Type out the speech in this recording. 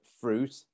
fruit